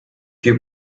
you